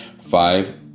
five